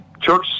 church